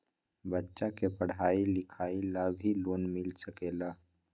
बच्चा के पढ़ाई लिखाई ला भी लोन मिल सकेला?